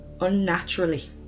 unnaturally